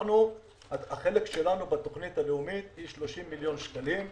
החלק שלנו בתוכנית הלאומית הוא 30 מיליון שקלים.